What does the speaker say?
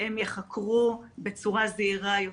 הם יחקרו בצורה זהירה יותר.